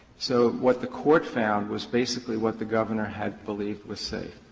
so what the court found was basically what the governor had believed was safe.